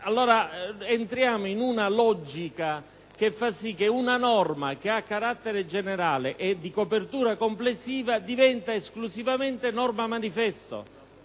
Si entra nella logica secondo cui una norma che ha carattere generale e di copertura complessiva diventa esclusivamente una norma manifesto.